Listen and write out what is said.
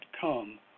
come